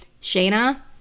Shayna